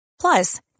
Plus